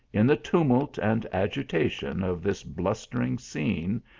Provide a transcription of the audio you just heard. in the tumult and agitation of this blus tering scene,